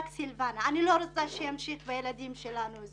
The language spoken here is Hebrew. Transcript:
אני לא רוצה שזה ימשיך לילדים שלנו.